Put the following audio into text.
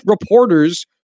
reporters